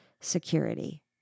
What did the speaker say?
security